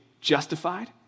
justified